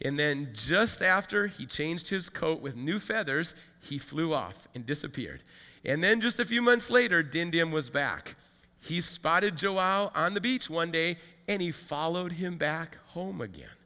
and then just after he changed his coat with new feathers he flew off and disappeared and then just a few months later dindin was back he spotted joe out on the beach one day any followed him back home again